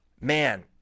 man